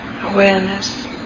awareness